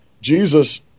Jesus